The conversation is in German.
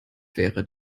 wäre